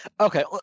Okay